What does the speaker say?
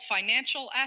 financial